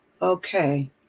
Okay